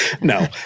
no